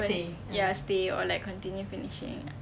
ya stay or like continue finishing